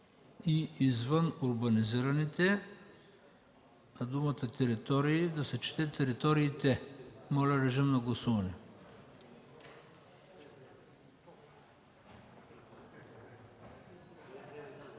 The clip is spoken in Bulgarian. и извън урбанизираните”, а думата „територии” да се чете „териториите”. Моля, режим на гласуване.